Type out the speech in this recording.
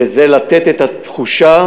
וזה לתת את התחושה,